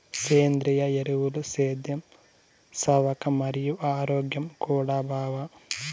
సేంద్రియ ఎరువులు సేద్యం సవక మరియు ఆరోగ్యం కూడా బావ